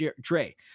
Dre